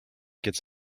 gets